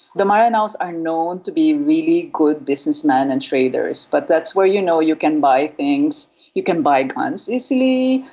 the maranaos are known to be really good businessmen and traders but that's where you know you can buy things, you can buy guns easy,